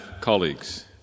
colleagues